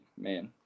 man